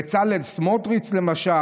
בצלאל סמוטריץ' למשל,